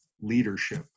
leadership